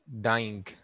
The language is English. dying